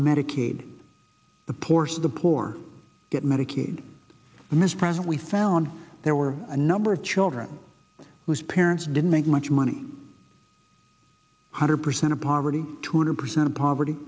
medicaid the poorest of the poor get medicaid and mispresent we found there were a number of children whose parents didn't make much money hundred percent of poverty two hundred percent of poverty